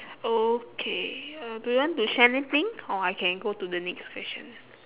okay uh do you want to share anything or I can go to the next question